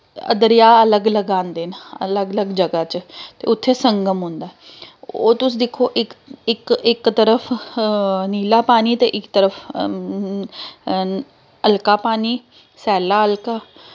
दरेआ अलग अलग आंदे न अलग अलग जगह् च ते उत्थें संगम होंदा ऐ ओह् तुस दिक्खो इक इक इक तरफ नीला पानी ते इक तरफ हल्का पानी सैल्ला हल्का